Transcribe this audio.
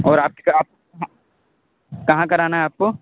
और आपका कहाँ करवाना है आपको